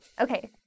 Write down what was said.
Okay